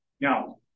Now